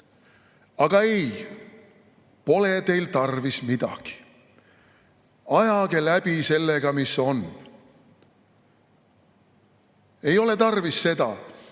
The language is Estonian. Aga ei, pole teil tarvis midagi. Ajage läbi sellega, mis on. Ei ole tarvis seda,